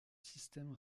système